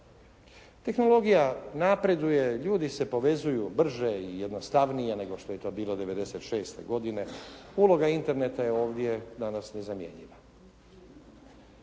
Tehnologija napreduje, ljudi se povezuju brže i jednostavnije nego što je to bilo 1996. godine, uloga interneta je ovdje danas nezamjenjiva.